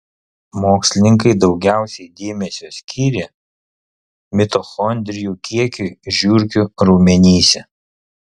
mokslininkai daugiausiai dėmesio skyrė mitochondrijų kiekiui žiurkių raumenyse